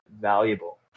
valuable